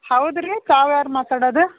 ಹೌದು ರೀ ತಾವು ಯಾರು ಮಾತಾಡೋದು